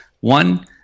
one